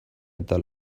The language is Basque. eta